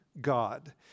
God